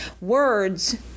words